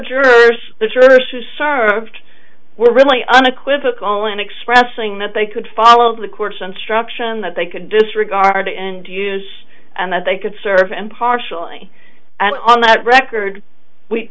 jurors the jurors who served were really unequivocal in expressing that they could follow the court's instruction that they could disregard and use and that they could serve and partially on that record w